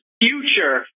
future